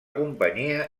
companyia